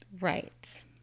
Right